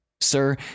Sir